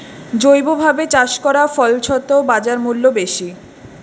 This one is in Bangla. জৈবভাবে চাষ করা ফছলত বাজারমূল্য বেশি